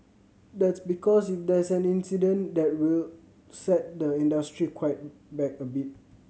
that's because if there is an accident that will set the industry quite back a bit